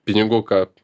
pinigų kad